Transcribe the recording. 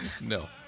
No